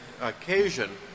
occasion